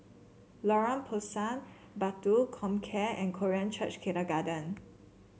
Lorong Pisang Batu Comcare and Korean Church Kindergarten